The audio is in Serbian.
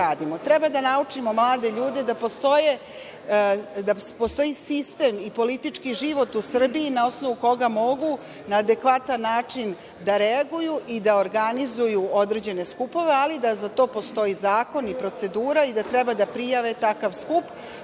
Treba da naučimo mlade ljude da postoji sistem i politički život u Srbiji na osnovu koga mogu na adekvatan način da reaguju i da organizuju određene skupove, ali da za to postoji zakon i procedura i da treba da prijave takav skup,